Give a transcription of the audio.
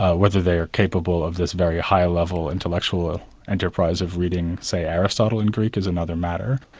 ah whether they're capable of this very high level intellectual enterprise of reading, say, aristotle in greek is another matter.